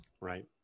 Right